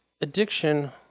addiction